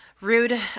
rude